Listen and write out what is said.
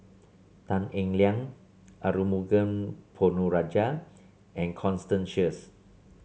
Tan Eng Liang Arumugam Ponnu Rajah and Constance Sheares